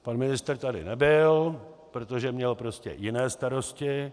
Pan ministr tady nebyl, protože měl prostě jiné starosti.